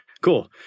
cool